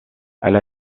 elle